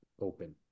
open